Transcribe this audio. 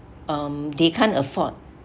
um they can't afford